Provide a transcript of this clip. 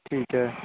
ਠੀਕ ਹੈ